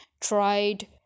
tried